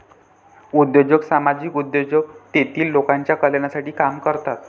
उद्योजक सामाजिक उद्योजक तेतील लोकांच्या कल्याणासाठी काम करतात